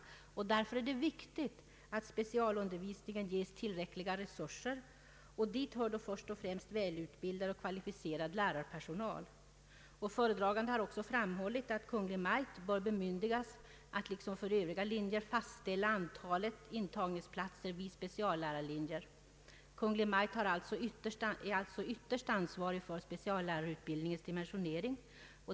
Det är därför viktigt att specialundervisningen ges tillräckliga resurser, och dit hör då först och främst välutbildad och kvalificerad lärarpersonal. Den föredragande har ock så framhållit att Kungl. Maj:t bör bemyndigas att liksom för övriga linjer fastställa antalet intagningsplatser vid speciallärarlinjer. Kungl. Maj:t är alltså ytterst ansvarig för speciallärarutbildningens dimensionering.